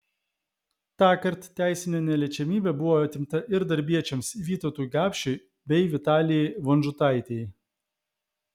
tąkart teisinė neliečiamybė buvo atimta ir darbiečiams vytautui gapšiui bei vitalijai vonžutaitei